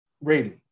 rating